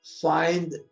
find